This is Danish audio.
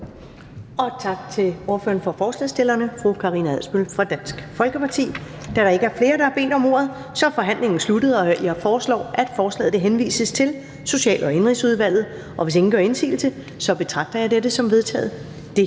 Tak til ordføreren for forslagsstillerne, fru Karina Adsbøl fra Dansk Folkeparti. Da der ikke er flere, som har bedt om ordet, er forhandlingen sluttet. Jeg foreslår, at forslaget henvises til Social- og Indenrigsudvalget. Hvis ingen gør indsigelse, betragter jeg dette som vedtaget. Det